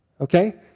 Okay